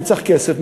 אני צריך כסף,